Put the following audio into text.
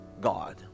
God